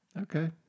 Okay